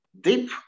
deep